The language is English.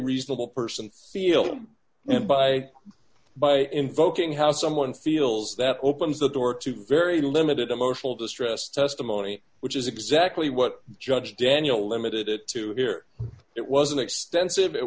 reasonable person feel and by by invoking how someone feels that opens the door to very limited emotional distress testimony which is exactly what judge daniel limited it to here it was an extensive it